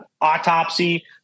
autopsy